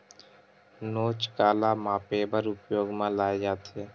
नोच काला मापे बर उपयोग म लाये जाथे?